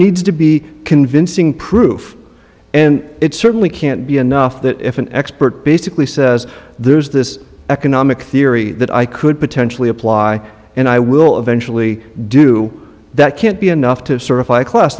needs to be convincing proof and it certainly can't be enough that if an expert basically says there's this economic theory that i could potentially apply and i will eventually do that can't be enough to certify a class